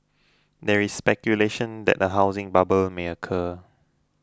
there is speculation that a housing bubble may occur